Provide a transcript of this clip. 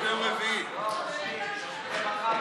התשע"ח 2018,